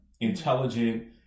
intelligent